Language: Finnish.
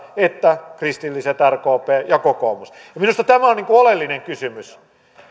että kristilliset rkp ja kokoomus minusta tämä on oleellinen kysymys